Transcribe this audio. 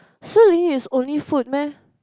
Shilin is only food meh